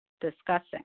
discussing